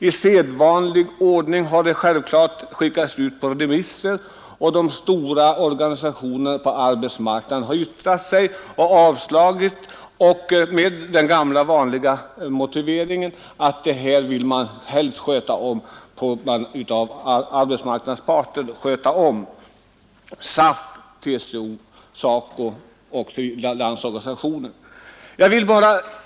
I sedvanlig ordning har det självfallet skickats ut på remiss, och de stora organisationerna på arbetsmarknaden har yttrat sig och avstyrkt med den gamla vanliga motiveringen, att det här vill arbetsmarknadsparterna — SAF, TCO, SACO och LO =— helt sköta om själva.